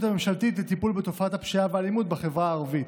הממשלתית בטיפול בתופעת הפשיעה והאלימות בחברה הערבית.